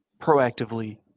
proactively